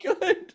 good